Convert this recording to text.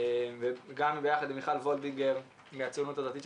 וגם ביחד עם מיכל וולדיגר מהציונות הדתית,